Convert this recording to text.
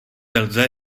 lze